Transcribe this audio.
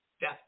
Death